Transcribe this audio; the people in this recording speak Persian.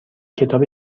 کتاب